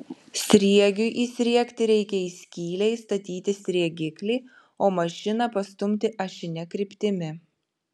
sriegiui įsriegti reikia į skylę įstatyti sriegiklį o mašiną pastumti ašine kryptimi